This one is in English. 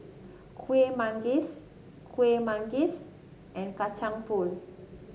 Kuih Manggis Kuih Manggis and Kacang Pool